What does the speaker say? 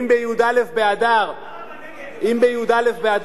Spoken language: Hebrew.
אם בי"א באדר, ציונים?